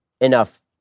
enough